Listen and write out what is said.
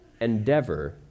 Endeavor